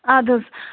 اَدٕ حظ